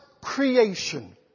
creation